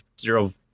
zero